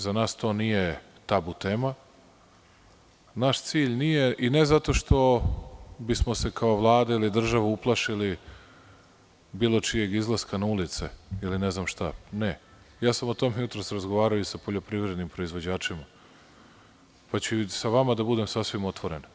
Za nas to nije tabu tema, naš cilj nije, i ne zato što, bismo se kao Vlada ili država uplašili bilo čijeg izlaska na ulice ili ne znam šta, ne, o tome sam jutros razgovarao i sa poljoprivrednim proizvođačima, pa ću i sa vama da budem sasvim otvoren.